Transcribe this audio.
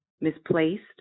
misplaced